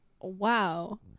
wow